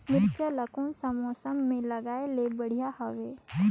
मिरचा ला कोन सा मौसम मां लगाय ले बढ़िया हवे